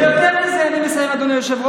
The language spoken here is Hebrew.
אבל אין לכם סמכות לבטל את הדמוקרטיה.